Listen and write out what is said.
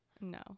No